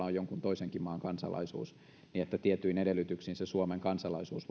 on jonkun toisenkin maan kansalaisuus voitaisiin tietyin edellytyksin ottaa suomen kansalaisuus